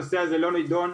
הנושא הזה לא נידון,